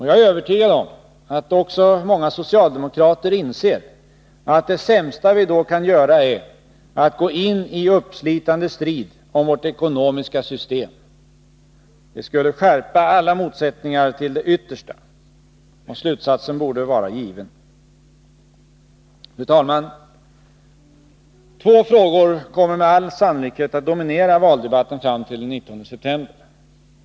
Jag är övertygad om att också många socialdemokrater inser att det sämsta vi då kan göra är att gå in i en uppslitande strid om vårt ekonomiska system. Det skulle skärpa alla motsättningar till det yttersta. Slutsatsen borde vara given. Fru talman! Två frågor kommer med all sannolikhet att dominera valdebatten fram till den 19 september.